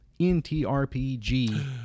NTRPG